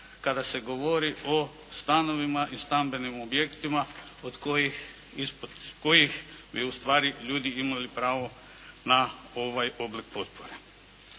kada se govori o stanovima i stambenim objektima od kojih, ispod kojih bi u stvari ljudi imali pravo na ovaj oblik potpore.